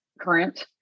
current